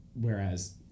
whereas